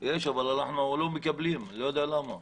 יש, אבל אנחנו לא מקבלים ואני לא יודע למה.